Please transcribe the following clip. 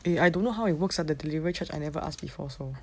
eh I don't know how it works ah the delivery charge I never asked before also